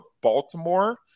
Baltimore